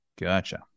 Gotcha